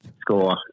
score